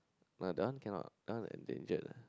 but that one cannot that one like endangered